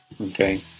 okay